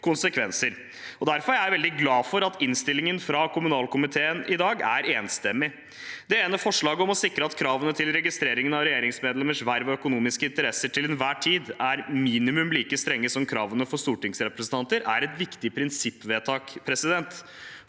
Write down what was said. Derfor er jeg veldig glad for at innstillingen fra kommunalkomiteen i dag er enstemmig. Innstillingens del om å sikre at kravene til registrering av regjeringsmedlemmers verv og økonomiske interesser til enhver tid er minimum like strenge som kravene for stortingsrepresentanter, er et viktig prinsippvedtak, for selv